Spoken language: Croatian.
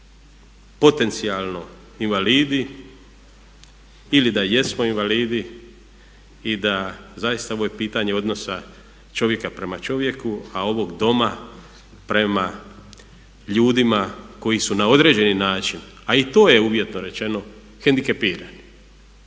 svi potencijalno invalidi ili da jesmo invalidi i da zaista ovo je pitanje odnosa čovjeka prema čovjeku a ovog Doma prema ljudima koji su na određeni način a i to je uvjetno rečeno hendikepirani.